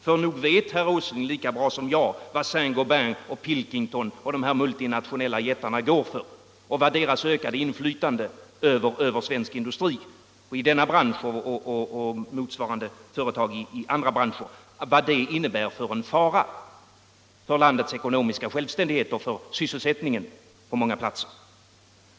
För nog vet herr Åsling lika bra som jag vad Saint-Gobain och Pilkington och de här multinationella jättarna går för och vad deras ökade inflytande över svensk industri, i denna bransch och motsvarande företag i andra branscher, innebär för en fara för landets ekonomiska självständighet och för sysselsättningen på många platser.